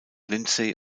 lindsay